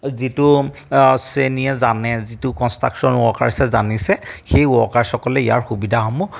যিটো শ্ৰেণীয়ে জানে যিটো কনষ্ট্ৰাকশ্যন ওৱৰ্কাৰ্ছে জানিছে সেই ওৱৰ্কাৰ্ছসকলে ইয়াৰ সুবিধাসমূহ